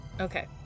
Okay